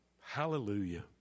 Hallelujah